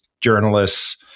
journalists